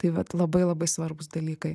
tai vat labai labai svarbūs dalykai